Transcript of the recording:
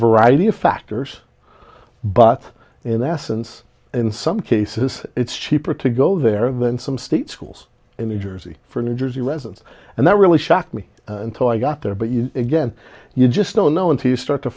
variety of factors but in essence in some cases it's cheaper to go there than some state schools in new jersey for new jersey residents and that really shocked me until i got there but you again you just don't know until you start to